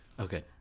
Okay